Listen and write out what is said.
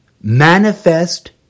manifest